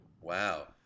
wow